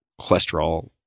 cholesterol